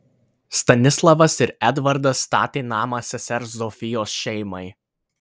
stanislavas ir edvardas statė namą sesers zofijos šeimai